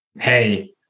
Hey